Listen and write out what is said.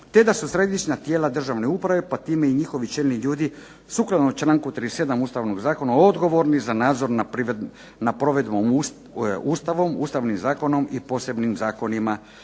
te da su središnja tijela državne uprave, te njihovi čelni ljudi sukladno članku 37. Ustavnog zakona odgovorni nad provedbom Ustavnog zakona i posebnim zakonima